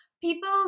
people